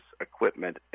equipment